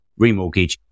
remortgage